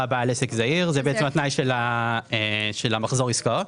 "בעל עסק זעיר"; זה בעצם התנאי של מחזור העסקות.